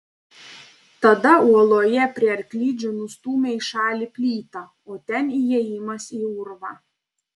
tada uoloje prie arklidžių nustūmė į šalį plytą o ten įėjimas į urvą